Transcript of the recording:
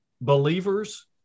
believers